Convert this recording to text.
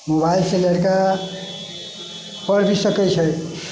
mobile से लड़के पढ़ि भी सकै छै